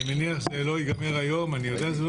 אני יודע שזה לא ייגמר היום,